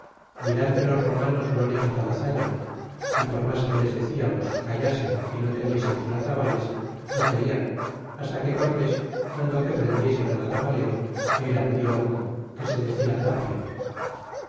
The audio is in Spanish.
mirad que los romanos no han hecho tal hazaña y por mas que les deciamos que callasen y no tañesen sus atabales no querian basta que cortes mandó que prendiesen al atabalero que era medio loco que se decia tapia